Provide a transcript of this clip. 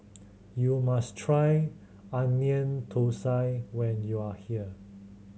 you must try Onion Thosai when you are here